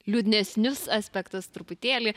liūdnesnius aspektus truputėlį